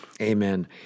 Amen